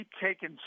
taking